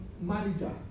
manager